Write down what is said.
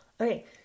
Okay